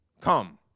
come